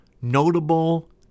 notable